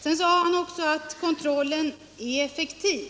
Sedan sade Thorsten Larsson att kontrollen är effektiv.